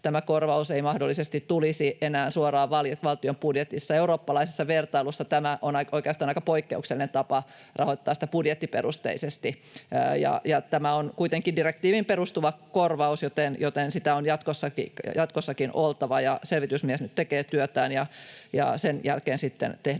tämä korvaus ei mahdollisesti tulisi enää suoraan valtion budjetissa. Eurooppalaisessa vertailussa tämä on aika oikeastaan aika poikkeuksellinen tapa, rahoittaa sitä budjettiperusteisesti. Tämä on kuitenkin direktiiviin perustuva korvaus, joten sitä on jatkossakin oltava. Selvitysmies tekee nyt työtään, ja sen jälkeen sitten